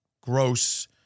gross